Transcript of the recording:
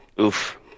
oof